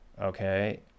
Okay